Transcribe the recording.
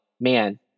man